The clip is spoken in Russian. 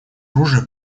оружие